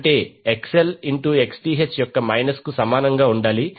అంటే XL Xth యొక్క మైనస్కు సమానంగా ఉండాలి